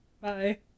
bye